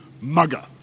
mugger